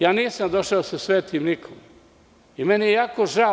Ja nisam došao da se svetim nikome i meni je jako žao.